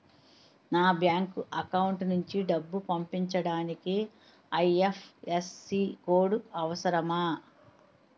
నా bank account నుంచి డబ్బు పంపించడానికి ఐ.ఎఫ్.ఎస్.సి కోడ్ అవసరమా?